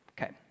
Okay